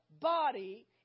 body